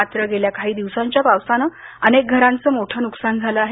मात्र गेल्या काही दिवसांच्या पावसाने अनेक घराचं मोठ नुकसान झाल आहे